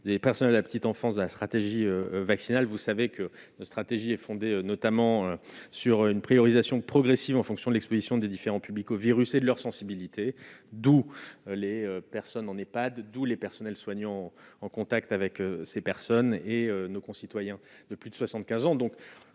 des personnels de la petite enfance de la stratégie vaccinale, vous savez que notre stratégie est fondée notamment sur une priorisation progressive en fonction de l'Exposition des différents publics au virus et de leur sensibilité, d'où les personnes n'en est pas de d'où les personnels soignants en contact avec ces personnes et nos concitoyens de plus de 75 ans,